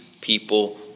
people